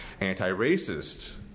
Anti-racist